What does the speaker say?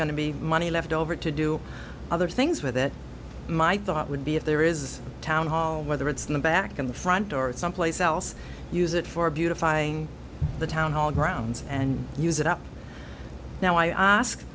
going to be money left over to do other things with it my thought would be if there is a town hall whether it's in the back in the front or someplace else use it for beautifying the town hall grounds and use it up now i ask